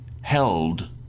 held